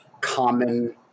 common